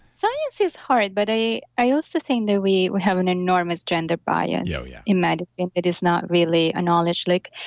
science is hard. but i i also think that we have an enormous gender bias yeah yeah yeah in medicine that is not really acknowledged. like,